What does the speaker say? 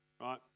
right